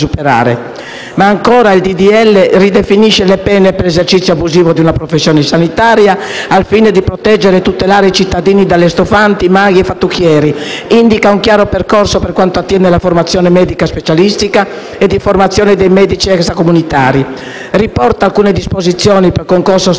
n. 1324-B ridefinisce le pene per l'esercizio abusivo di una professione sanitaria al fine di proteggere e tutelare i cittadini da lestofanti, maghi e fattucchieri; indica un chiaro percorso per quanto attiene la formazione medica specialistica e di formazione dei medici extracomunitari; riporta alcune disposizioni per il concorso straordinario